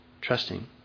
trusting